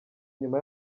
nyuma